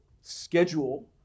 schedule